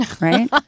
Right